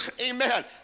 Amen